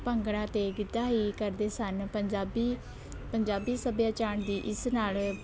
ਭੰਗੜਾ ਅਤੇ ਗਿੱਧਾ ਹੀ ਕਰਦੇ ਸਨ ਪੰਜਾਬੀ ਪੰਜਾਬੀ ਸੱਭਿਆਚਾਰ ਦੀ ਇਸ ਨਾਲ